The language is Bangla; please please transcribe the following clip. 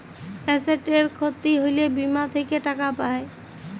এসেটের খ্যতি হ্যলে বীমা থ্যাকে টাকা পাই